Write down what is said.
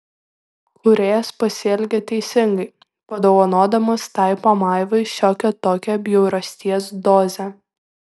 kūrėjas pasielgė teisingai padovanodamas tai pamaivai šiokią tokią bjaurasties dozę